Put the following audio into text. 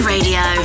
Radio